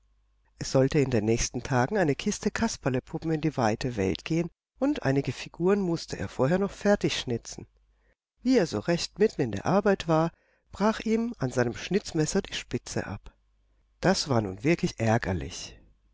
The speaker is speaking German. es sollte in den nächsten tagen eine kiste kasperlepuppen in die weite welt gehen und einige figuren mußte er vorher noch fertig schnitzen wie er so recht mitten in der arbeit war brach ihm an seinem schnitzmesser die spitze ab das war nun wirklich ärgerlich